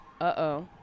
Uh-oh